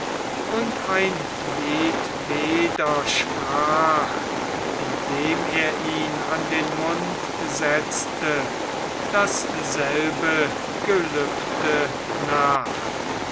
und ein jedweder sprach indem er ihn an den mund setzte dasselbe gelübde nach